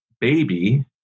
baby